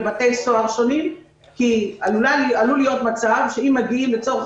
בבתי סוהר שונים כי עלול להיות מצב שאם מגיעים לצורך